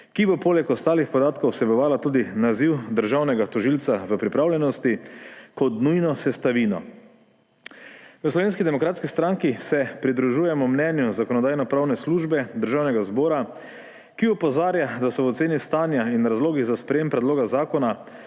ki bo poleg ostalih podatkov vsebovala tudi naziv državnega tožilca v pripravljenosti kot nujno sestavino. V Slovenski demokratski stranki se pridružujemo mnenju Zakonodajno-pravne službe Državnega zbora, ki opozarja, da so v oceni stanja in razlogih za sprejetje predloga zakona